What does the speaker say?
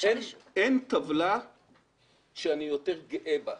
אין טבלה שאני יותר גאה בה.